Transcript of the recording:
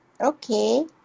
Okay